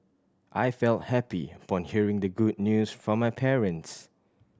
I felt happy upon hearing the good news from my parents